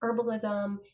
herbalism